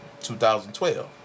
2012